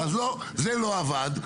זה לא עבד,